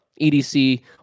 EDC